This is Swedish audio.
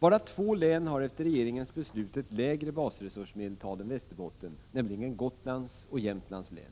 Endast två län har efter regeringens beslut ett lägre basresursmedeltal än Västerbotten, nämligen Gotlands och Jämtlands län.